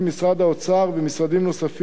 משרד האוצר ומשרדים נוספים,